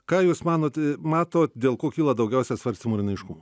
ką jūs manot matot dėl ko kyla daugiausia svarstymų ir neaiškumų